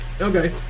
Okay